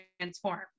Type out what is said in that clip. transform